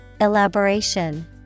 Elaboration